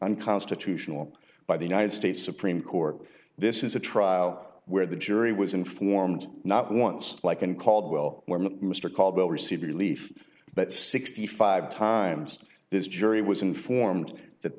unconstitutional by the united states supreme court this is a trial where the jury was informed not once like in caldwell where mr caldwell received relief but sixty five times his jury was informed that